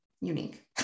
unique